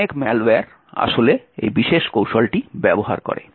তাই অনেক ম্যালওয়্যার আসলে এই বিশেষ কৌশলটি ব্যবহার করে